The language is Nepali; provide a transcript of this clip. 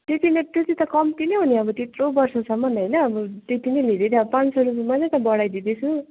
त्यतिले त्यति त कम्ती नै हो नि अब त्यत्रो वर्षसम्मन् होइन अब त्यति नै धेरै पाँच सय रुपियाँ मात्रै त बढाइदिँदै छु